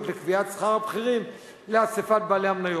לקביעת שכר הבכירים לאספת בעלי המניות.